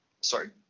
Sorry